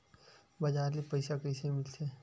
बजार ले पईसा कइसे मिलथे?